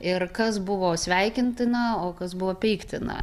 ir kas buvo sveikintina o kas buvo peiktina